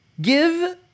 give